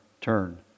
turn